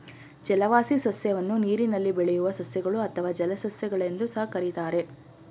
ಜಲವಾಸಿ ಸಸ್ಯವನ್ನು ನೀರಿನಲ್ಲಿ ಬೆಳೆಯುವ ಸಸ್ಯಗಳು ಅಥವಾ ಜಲಸಸ್ಯ ಗಳೆಂದೂ ಸಹ ಕರಿತಾರೆ